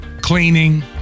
cleaning